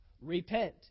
Repent